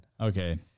Okay